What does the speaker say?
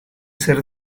ser